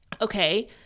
okay